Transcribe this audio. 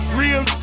real